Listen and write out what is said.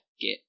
get